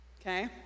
Okay